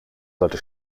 sollte